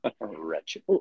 Wretched